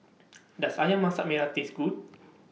Does Ayam Masak Merah Taste Good